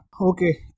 Okay